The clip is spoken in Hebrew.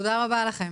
תודה רבה לכם.